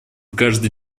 каждый